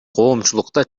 коомчулукта